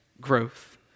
growth